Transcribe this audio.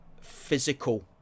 physical